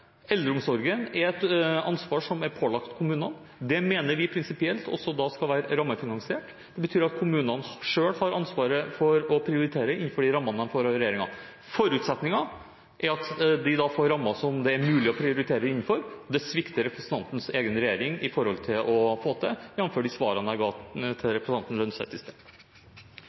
Eldreomsorgen er et ansvar som er pålagt kommunene. Det mener vi prinsipielt skal være rammefinansiert. Det betyr at kommunene selv tar ansvaret for å prioritere innenfor de rammene man får av regjeringen. Forutsetningen er at de får rammer som det er mulig å prioritere innenfor. Representantens egen regjering svikter når det gjelder å få det til, jf. de svarene jeg ga til representanten Holm Lønseth i sted.